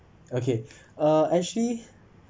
okay uh actually